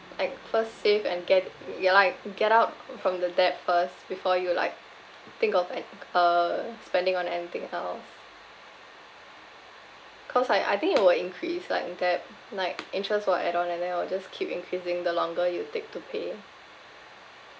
like first save and get ya like get out from the debt first before you like think of an uh spending on anything else cause I I think it will increase like debt like interest will add on and then it will just keep increasing the longer you take to pay